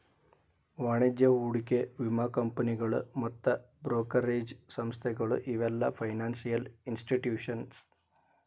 ವಾಣಿಜ್ಯ ಹೂಡಿಕೆ ವಿಮಾ ಕಂಪನಿಗಳು ಮತ್ತ್ ಬ್ರೋಕರೇಜ್ ಸಂಸ್ಥೆಗಳು ಇವೆಲ್ಲ ಫೈನಾನ್ಸಿಯಲ್ ಇನ್ಸ್ಟಿಟ್ಯೂಷನ್ಸ್